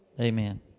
Amen